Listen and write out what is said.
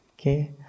Okay